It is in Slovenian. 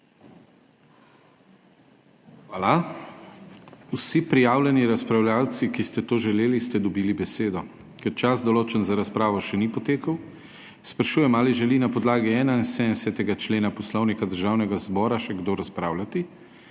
Hvala. Vsi prijavljeni razpravljavci, ki ste to želeli, ste dobili besedo. Ker čas določen za razpravo, še ni potekel, sprašujem, ali želi na podlagi 71. člena Poslovnika Državnega zbora še kdo razpravljati?